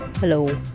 Hello